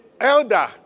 elder